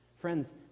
Friends